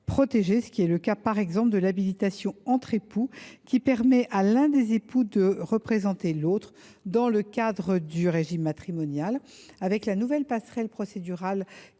ce qui est le cas, par exemple, de l’habilitation entre époux, qui permet à l’un des époux de représenter l’autre dans le cadre du régime matrimonial. Avec la nouvelle passerelle procédurale